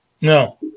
No